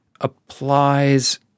applies –